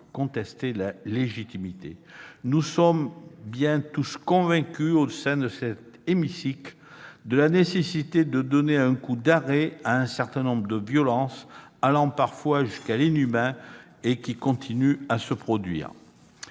contester la légitimité. Nous sommes tous convaincus, au sein de cet hémicycle, de la nécessité de donner un coup d'arrêt à un certain nombre de violences, confinant parfois à l'inhumain, et qui continuent à se produire.